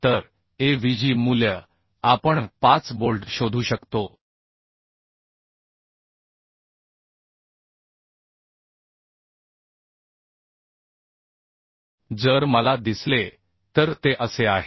तर Avg मूल्य आपण 5 बोल्ट शोधू शकतो जर मला दिसले तर ते असे आहे